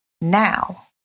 now